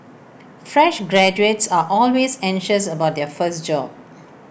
fresh graduates are always anxious about their first job